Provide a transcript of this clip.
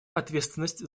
ответственность